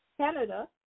Canada